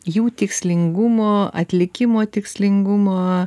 jų tikslingumo atlikimo tikslingumo